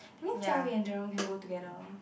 that means Jia-wei and Jerome can go together